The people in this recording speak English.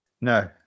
No